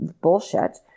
bullshit